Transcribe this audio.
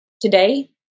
Today